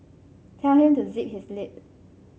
tell him to zip his lip